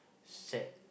sec